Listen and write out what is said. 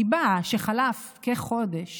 הסיבה שחלף כחודש